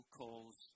calls